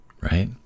right